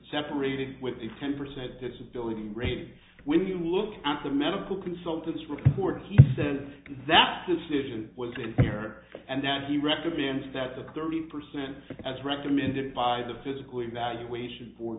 separated with a ten percent disability rating when you look at the medical consultants report he says that decision was in here and that he recommends that the thirty percent as recommended by the physical evaluation fo